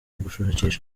ugushakisha